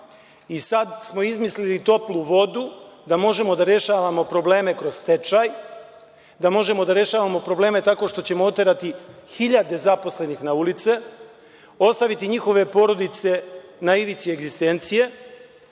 I sad smo izmislili toplu vodu da možemo da rešavamo probleme kroz stečaj, da možemo da rešavamo probleme tako što ćemo oterati hiljade zaposlenih na ulice, ostaviti njihove porodice na ivici egzistencije,